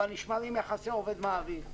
אבל נשמרים יחסי עובד-מעביד,